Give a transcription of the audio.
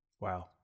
Wow